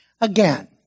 Again